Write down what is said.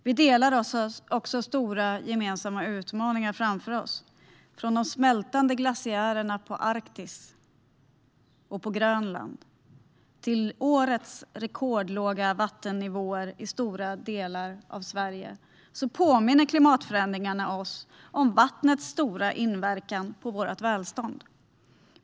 Vi har också stora gemensamma utmaningar framför oss, från de smältande glaciärerna i Arktis och Grönland till årets rekordlåga vattennivåer i stora delar av Sverige. Klimatförändringarna påminner oss om vattnets stora inverkan på vårt välstånd.